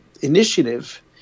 initiative